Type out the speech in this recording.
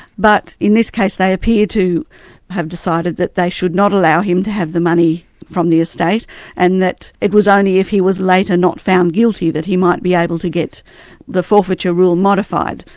but in this case they appear to have decided that they should not allow him to have the money from the estate and that it was only if he was later not found guilty that he might be able to get the forfeiture rule modified.